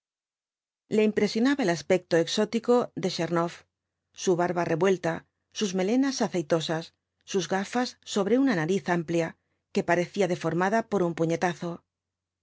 le impresionaba el aspecto exótico de tchernoff su barba revuelta sus melenas aceitosas sus gafas sobre una nariz amplia que parecía deformada por un puñetazo